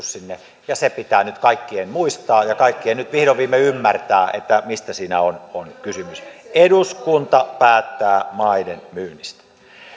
sinne ja se pitää nyt kaikkien muistaa ja kaikkien nyt vihdoin viimein ymmärtää mistä siinä on on kyse eduskunta päättää maiden myynnistä